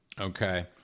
Okay